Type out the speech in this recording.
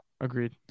agreed